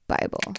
Bible